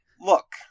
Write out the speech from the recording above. Look